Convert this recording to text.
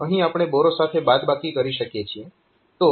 અહીં આપણે બોરો સાથે બાદબાકી કરી શકીએ છીએ